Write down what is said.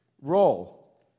roll